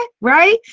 Right